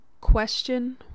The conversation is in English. Question